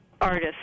artist